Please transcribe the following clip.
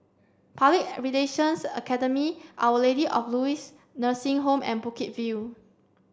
Public Relations Academy Our Lady of Lourdes Nursing Home and Bukit View